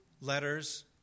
letters